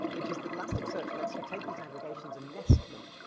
which is that elasticsearch lets you take these aggregations and nest them.